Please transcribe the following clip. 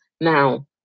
Now